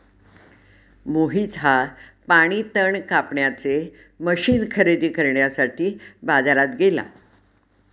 मोहित हा पाणी तण कापण्याचे मशीन खरेदी करण्यासाठी बाजारात गेला